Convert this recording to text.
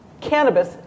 cannabis